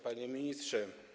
Panie Ministrze!